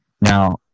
now